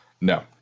no